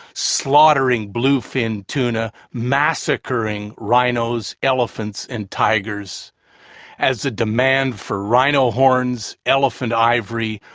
slaughtering bluefin tuna, massacring rhinos, elephants and tigers as the demand for rhino horns, elephant ivory,